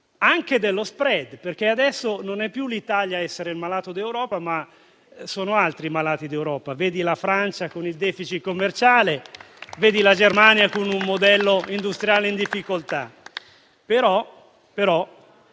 anche dello *spread*, perché adesso non è più l'Italia a essere il malato d'Europa, ma sono altri i malati d'Europa, vedi la Francia con il *deficit* commerciale, vedi la Germania con un modello industriale in difficoltà.